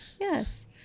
Yes